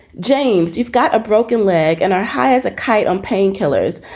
james, you've got a broken leg and our high as a kite on painkillers.